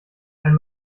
ein